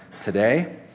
today